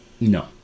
No